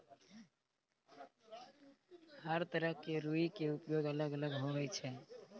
हर तरह के रूई के उपयोग अलग अलग होय छै